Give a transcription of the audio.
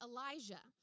Elijah